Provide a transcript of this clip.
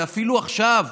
ואפילו עכשיו,